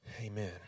Amen